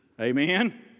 Amen